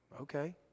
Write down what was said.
Okay